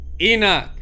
Enoch